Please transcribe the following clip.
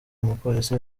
umupolisi